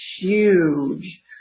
huge